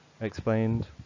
explained